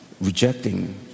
rejecting